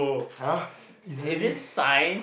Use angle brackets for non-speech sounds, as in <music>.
!huh! <breath> easily <breath>